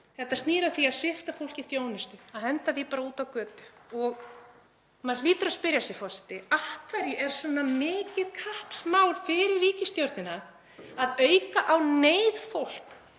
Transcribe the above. Þetta snýr að því að svipta fólk þjónustu, að henda því bara út á götu og maður hlýtur að spyrja sig, forseti: Af hverju er svona mikið kappsmál fyrir ríkisstjórnina að auka á neyð fólks